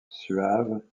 suave